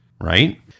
Right